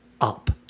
up